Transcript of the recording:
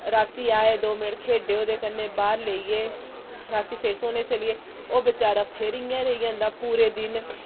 रातीं आए दो मैंट्ट खेढे ओह्दे कन्नै बाह्र लेई गे रातीं फिर सौने चली गे ओह् बचैरा फिर इयां रेही जंदा पूरे दिन